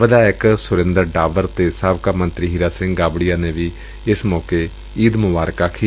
ਵਿਧਾਇਕ ਸੁਰਿੰਦਰ ਡਾਬਰ ਅਤੇ ਸਾਬਕਾ ਮੰਤਰੀ ਹੀਰਾ ਸਿੰਘ ਗਾਬੜੀਆ ਨੇ ਵੀ ਈਦ ਮੁਬਾਰਕ ਆਖੀ